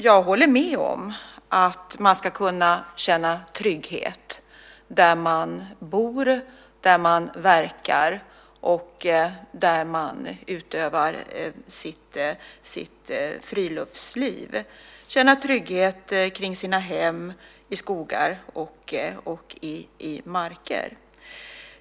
Jag håller med om att man ska kunna känna trygghet där man bor, där man verkar och där man utövar sitt friluftsliv - känna trygghet kring sina hem, i skogar och i marker.